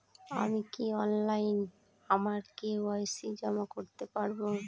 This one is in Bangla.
আমি কি অনলাইন আমার কে.ওয়াই.সি জমা করতে পারব?